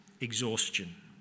Exhaustion